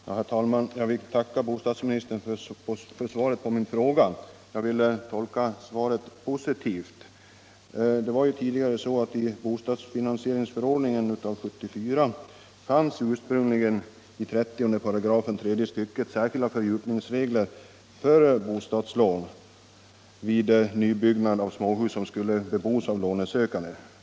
Herr talman! Jag vill tacka bostadsministern för svaret på min fråga, och jag tolkar svaret positivt. I bostadsfinansieringsförordningen av 1974 fanns ursprungligen i 30 § tredje stycket särskilda fördjupningsregler för bostadslån vid nybyggnad av småhus som skulle bebos av lånesökanden.